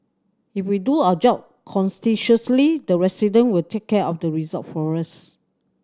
if we do our job the resident will take care of the result for us